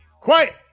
quiet